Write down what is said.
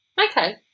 Okay